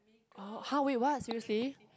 oh how wait what seriously